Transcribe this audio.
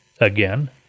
again